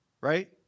Right